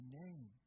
name